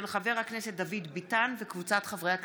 של חבר הכנסת דוד ביטן וקבוצת חברי הכנסת.